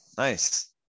Nice